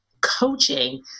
coaching